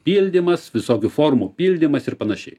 pildymas visokių formų pildymas ir panašiai